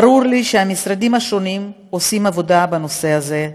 ברור ל׳ שהמשרדים השונים עושים עבודה בנושא הזה,